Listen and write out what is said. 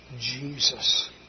Jesus